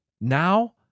now